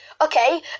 Okay